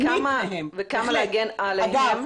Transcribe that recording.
וכמה כדי להגן עליהם?